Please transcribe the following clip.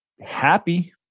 happy